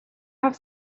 have